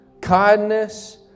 kindness